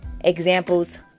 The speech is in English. examples